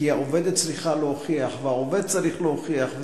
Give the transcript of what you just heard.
כי העובדת צריכה להוכיח והעובד צריך להוכיח.